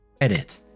edit